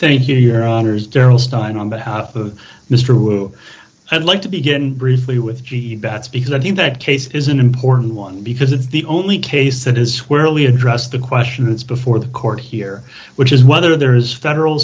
thank you your honor is darryl stein on behalf of mr hu i'd like to begin briefly with g e bets because i think that case is an important one because it's the only case that is where really address the questions before the court here which is whether there is federal